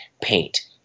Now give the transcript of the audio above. paint